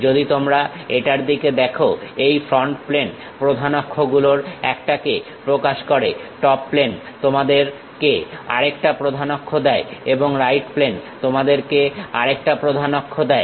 যদি তোমরা এটার দিকে দেখো এই ফ্রন্ট প্লেন প্রধান অক্ষ গুলোর একটা কে প্রকাশ করে টপ প্লেন তোমাদেরকে আরেকটা প্রধান অক্ষ দেয় এবং রাইট প্লেন তোমাদেরকে আরেকটা অক্ষ দেয়